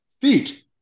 feet